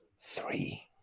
three